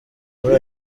muri